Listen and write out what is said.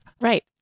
Right